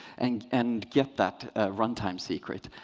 and and get that runtime secret.